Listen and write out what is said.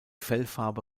fellfarbe